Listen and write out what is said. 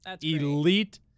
elite